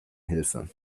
hilfe